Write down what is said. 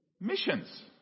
missions